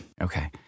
Okay